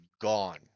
gone